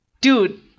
dude